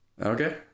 Okay